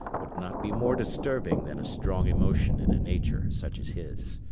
would not be more disturbing than a strong emotion in a nature such as his.